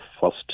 first